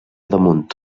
damunt